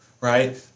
Right